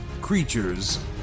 creatures